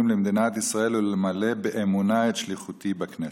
למדינת ישראל ולמלא באמונה את שליחותי בכנסת.